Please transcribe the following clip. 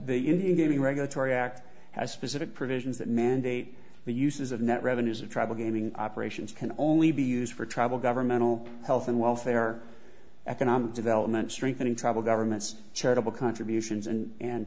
the indian gaming regulatory act has specific provisions that mandate the uses of net revenues of travel gaming operations can only be used for travel governmental health and welfare economic development strengthening tribal governments charitable contributions and and